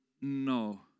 No